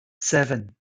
seven